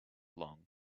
long